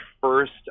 first